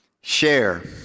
share